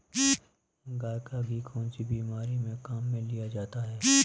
गाय का घी कौनसी बीमारी में काम में लिया जाता है?